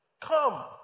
Come